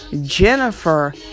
Jennifer